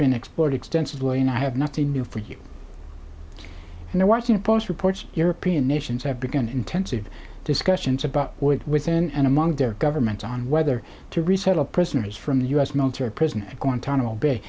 been explored extensively and i have nothing new for you and the washington post reports european nations have begun intensive discussions about what it was and among their governments on whether to resettle prisoners from the u s military prison at guantanamo bay